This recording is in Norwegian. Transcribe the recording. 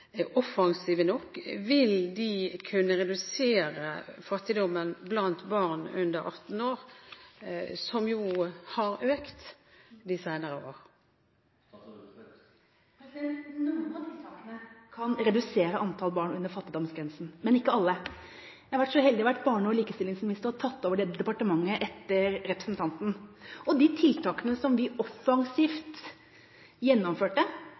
offensive nok? Vil de kunne redusere fattigdommen blant barn under 18 år, som har økt de senere år? Noen av tiltakene kan redusere antall barn under fattigdomsgrensen, men ikke alle. Jeg har vært så heldig å ha vært barne- og likestillingsminister og har tatt over departementet etter representanten. De tiltakene som vi offensivt gjennomførte